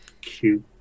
cute